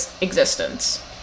existence